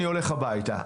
אני הולך הביתה.